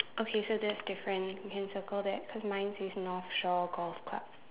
okay so there's different you can circle that cause mine says North Shore Golf Club